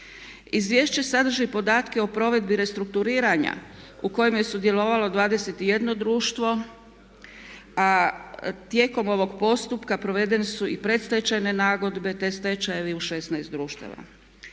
Izvješće sadrži podatke o provedbi restrukuriranja u kojemu je sudjelovalo 21 društvo a tijekom ovog postupka provedene su i predstečajne nagodbe te stečajevi u 16 društava.